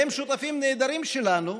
והם שותפים נהדרים שלנו,